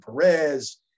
Perez